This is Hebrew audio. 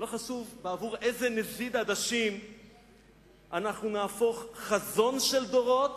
לא חשוב בעבור איזה נזיד עדשים נהפוך חזון של דורות